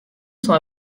sont